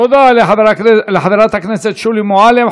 תודה לחברת הכנסת שולי מועלם.